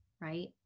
right